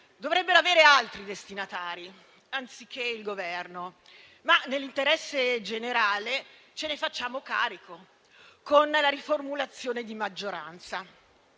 dovrebbero avere altri destinatari anziché il Governo, ma nell'interesse generale ce ne facciamo carico con la riformulazione di maggioranza.